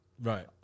Right